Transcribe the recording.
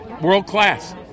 world-class